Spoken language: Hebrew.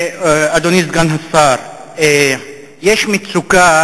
אדוני סגן השר, יש מצוקה,